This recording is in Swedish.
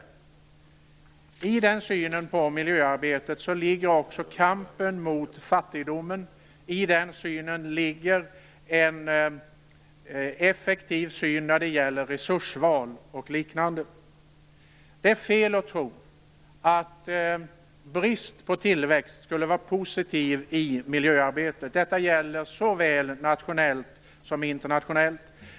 I den synen på miljöarbetet ligger också kampen mot fattigdomen. I den synen ligger ett effektivt resursval och liknande. Det är fel att tro att brist på tillväxt skulle vara positivt i miljöarbetet. Detta gäller såväl nationellt som internationellt.